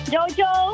Jojo